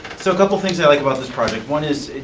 so a couple things i like about this project. one is,